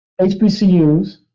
HBCUs